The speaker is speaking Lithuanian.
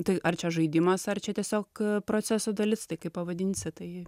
tai ar čia žaidimas ar čia tiesiog proceso dalis tai kaip pavadinsi tai